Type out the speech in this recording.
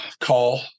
call